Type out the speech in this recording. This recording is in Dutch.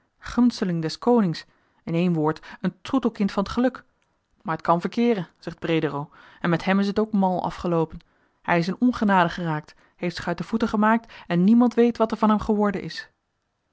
gunsteling des konings in één woord een troetelkind van t geluk maar t kan verkeeren zegt bredero en met hem is het ook mal afgeloopen hij is in ongenade geraakt heeft zich uit de voeten gemaakt en niemand weet wat er van hem geworden is